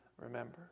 remember